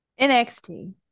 NXT